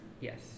Yes